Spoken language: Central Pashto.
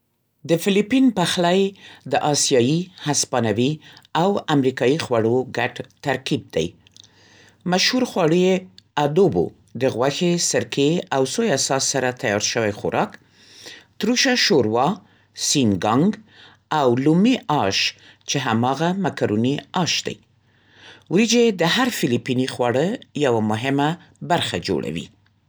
د فیلیپین پخلی د آسیایي، هسپانوي، او امریکایي خوړو ګډ ترکیب دی. مشهور خواړه یې ادوبو (د غوښې، سرکې او سویا ساس سره تیار شوی خوراک)، تروشه شوروا (سینګانګ)، او لومي آش چې هماغه مکروني آش دی. ورېجې د هر فیلیپیني خواړه یوه مهمه برخه جوړوي.